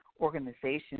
organizations